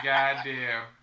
goddamn